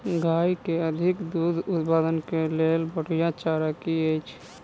गाय केँ अधिक दुग्ध उत्पादन केँ लेल बढ़िया चारा की अछि?